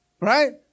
Right